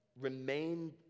remain